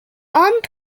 armed